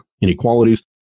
inequalities